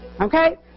okay